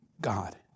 God